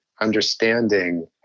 understanding